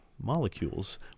molecules